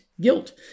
guilt